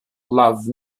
love